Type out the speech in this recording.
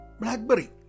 Blackberry